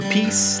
Peace